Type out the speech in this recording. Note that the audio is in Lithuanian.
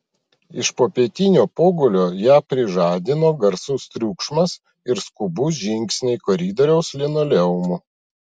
iš popietinio pogulio ją prižadino garsus triukšmas ir skubūs žingsniai koridoriaus linoleumu